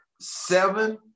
seven